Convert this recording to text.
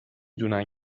دونن